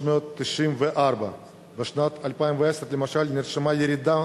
394. בשנת 2010 למשל נרשמה ירידה